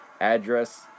address